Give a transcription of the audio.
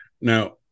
Now